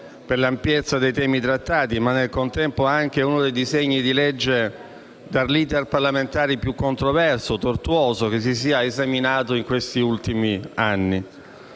per l'ampiezza dei temi trattati, ma al contempo anche di uno dei disegni di legge dall'*iter* parlamentare più controverso e tortuoso che si sia esaminato in questi ultimi anni.